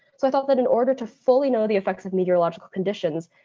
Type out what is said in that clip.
so i thought that in order to fully know the effects of meteorological conditions,